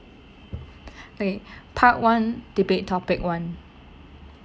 okay part one debate topic one